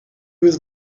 was